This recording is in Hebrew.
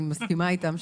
אני מסכימה איתם,